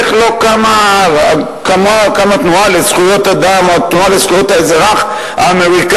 איך לא קמה תנועה לזכויות אדם או התנועה לזכויות האזרח האמריקנית,